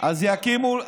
לא.